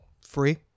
free